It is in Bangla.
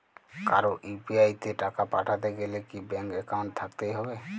কারো ইউ.পি.আই তে টাকা পাঠাতে গেলে কি ব্যাংক একাউন্ট থাকতেই হবে?